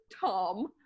Tom